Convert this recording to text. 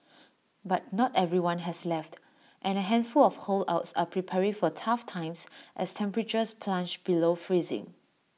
but not everyone has left and A handful of holdouts are preparing for tough times as temperatures plunge below freezing